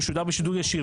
הוא שודר בשידור ישיר,